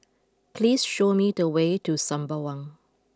please show me the way to Sembawang